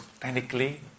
technically